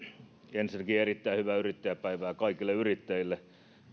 ensinnäkin erittäin hyvää yrittäjän päivää kaikille yrittäjille